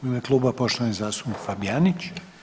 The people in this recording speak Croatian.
U ime kluba, poštovani zastupnik Fabijanić.